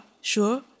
Sure